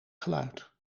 geluid